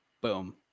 Boom